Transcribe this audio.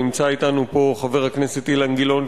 ונמצא אתנו פה חבר הכנסת אילן גילאון,